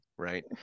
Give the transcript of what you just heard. Right